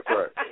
right